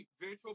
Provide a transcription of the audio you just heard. virtual